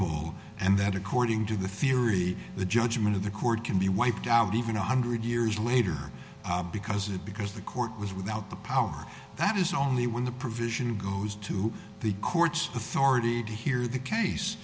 boat and that according to the theory the judgment of the court can be wiped out even a hundred years later because it because the court was without the power that is only when the provision goes to the court's authority to hear the case